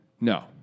No